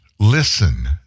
Listen